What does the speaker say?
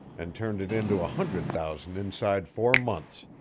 and turned it into a hundred thousand inside four months.